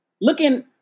looking